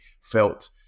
felt